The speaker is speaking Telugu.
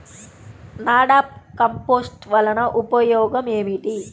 నాడాప్ కంపోస్ట్ వలన ఉపయోగం ఏమిటి?